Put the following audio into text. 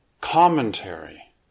commentary